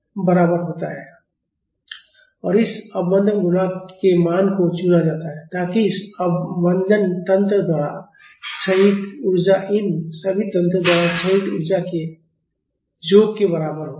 fD cx और इस अवमंदन गुणांक के मान को चुना जाता है ताकि इस अवमंदन तंत्र द्वारा क्षयित ऊर्जा इन सभी तंत्रों द्वारा क्षयित ऊर्जा के योग के बराबर हो